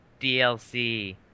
DLC